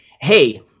Hey